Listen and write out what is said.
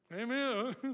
Amen